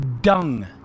dung